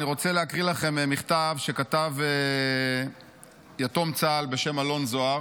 אני רוצה להקריא לכם מכתב שכתב יתום צה"ל בשם אלון זוהר.